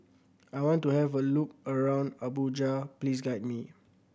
I want to have a look around Abuja please guide me